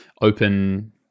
open